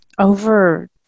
over